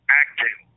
acting